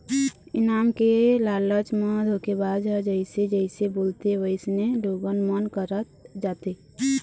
इनाम के लालच म धोखेबाज ह जइसे जइसे बोलथे वइसने लोगन मन करत जाथे